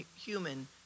human